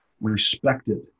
respected